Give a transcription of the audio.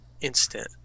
instant